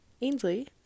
Ainsley